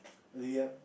pay up